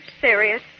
serious